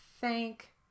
Thank